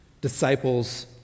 disciples